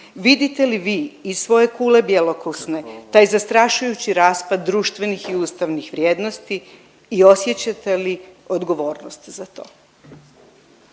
vidite li vi iz svoje kule bjelokosne taj zastrašujući raspad društvenih i ustavnih vrijednosti i osjećate li odgovornost za to?